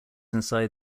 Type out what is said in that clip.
inside